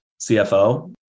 CFO